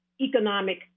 economic